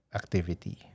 activity